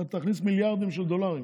אתה תכניס מיליארדים של דולרים.